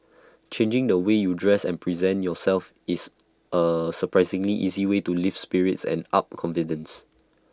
changing the way you dress and present yourself is A surprisingly easy way to lift spirits and up confident